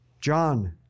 John